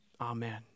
amen